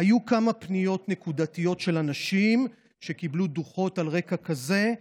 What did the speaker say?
היו כמה פניות נקודתיות של אנשים שקיבלו דוחות על רקע כזה,